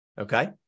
Okay